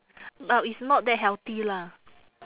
but it's not that healthy lah